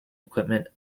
equipment